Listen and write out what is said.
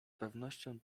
pewnością